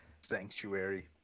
Sanctuary